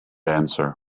answer